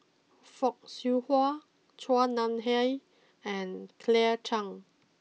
Fock Siew Wah Chua Nam Hai and Claire Chiang